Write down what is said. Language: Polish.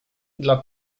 dla